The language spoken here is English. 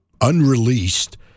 unreleased